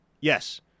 Yes